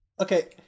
Okay